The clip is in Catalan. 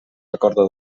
recorda